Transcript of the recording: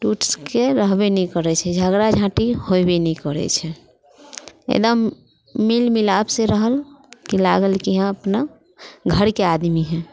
टूटके रहबै नहि करैप छै झगड़ा झाँटि होइबे ने करै छै एकदम मिल मिलाप सँ रहल कि लागल की हँ अपना घरके आदमी है